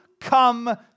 come